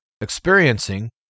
experiencing